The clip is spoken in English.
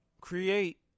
create